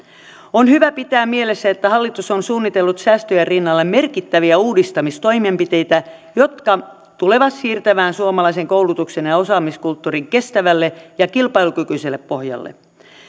on hyvä pitää mielessä että hallitus on suunnitellut säästöjen rinnalle merkittäviä uudistamistoimenpiteitä jotka tulevat siirtämään suomalaisen koulutuksen ja ja osaamiskulttuurin kestävälle ja kilpailukykyiselle pohjalle